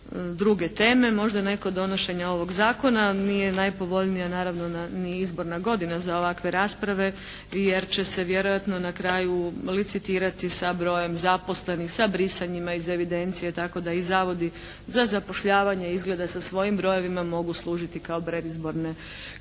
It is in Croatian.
druge teme. Možda ne kod donošenja ovog zakona, nije najpovoljnija naravno ni izborna godina za ovakve rasprave jer će se vjerojatno na kraju licitirati sa brojem zaposlenih, sa brisanjima iz evidencije tako da i Zavodi za zapošljavanje izgleda sa svojim brojevima mogu služiti za predizbornu kampanju